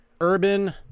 urban